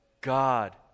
God